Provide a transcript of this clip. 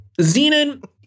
Xenon